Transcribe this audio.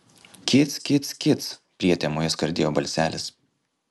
kic kic kic prietemoje skardėjo balselis